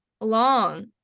long